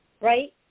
right